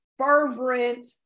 fervent